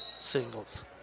singles